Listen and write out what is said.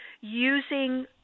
using